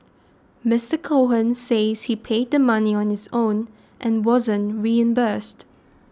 Mister Cohen says he paid the money on his own and wasn't reimbursed